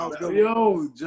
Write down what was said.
yo